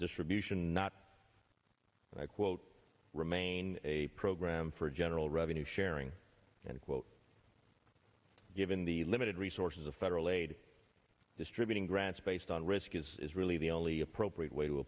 distribution not i quote remain a program for general revenue sharing and quote given the limited resources of federal aid distributing grants based on risk is really the only appropriate way